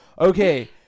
Okay